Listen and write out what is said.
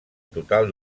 total